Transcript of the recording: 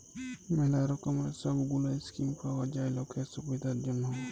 ম্যালা রকমের সব গুলা স্কিম পাওয়া যায় লকের সুবিধার জনহ